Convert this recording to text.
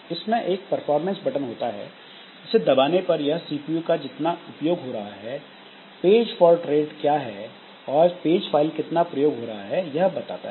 इसमें एक performance button होता है जिसे दबाने पर यह सीपीयू का कितना उपयोग हो रहा है पेज फॉल्ट रेट क्या है और पेज फाइल कितना प्रयोग हो रहा है यह बताता है